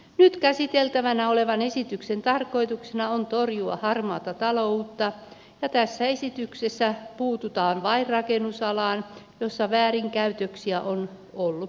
nyt käsiteltävänä olevan esityksen tarkoituksena on torjua harmaata taloutta ja tässä esityksessä puututaan vain rakennusalaan jolla väärinkäytöksiä on ollut paljon